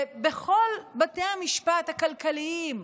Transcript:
בכל בתי המשפט הכלכליים,